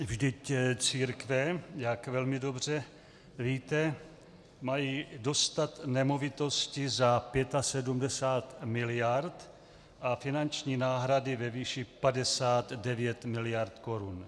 Vždyť církve, jak velmi dobře víte, mají dostat nemovitosti za 75 miliard a finanční náhrady ve výši 59 miliard korun.